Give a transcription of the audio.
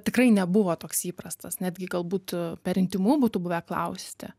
tikrai nebuvo toks įprastas netgi galbūt per intymu būtų buvę klausti